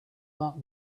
that